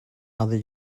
other